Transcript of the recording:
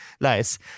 Nice